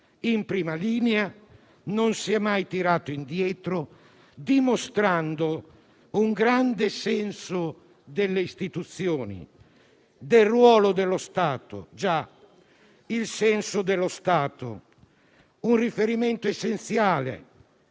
in prima linea e non si è mai tirato indietro, dimostrando un grande senso delle istituzioni e del ruolo dello Stato. Il senso dello Stato è un riferimento essenziale,